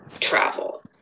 travel